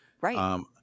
right